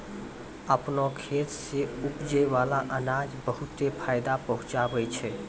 आपनो खेत सें उपजै बाला अनाज बहुते फायदा पहुँचावै छै